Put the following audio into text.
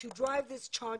למלחמה הזאת.